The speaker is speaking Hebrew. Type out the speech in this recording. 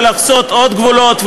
ולחצות עוד גבולות,